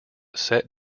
set